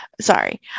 Sorry